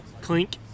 Clink